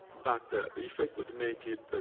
but if i could make it, ah